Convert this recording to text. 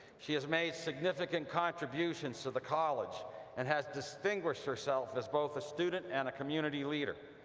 she has made significant contributions to the college and has distinguished herself as both a student and community leader.